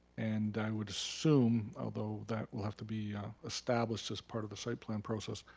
and i would assume, although that will have to be established as part of the site plan process,